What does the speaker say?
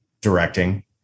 directing